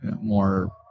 more